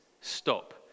stop